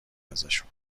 ازشون